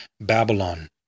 Babylon